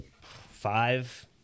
five